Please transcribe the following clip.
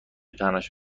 تنهاش